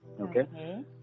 Okay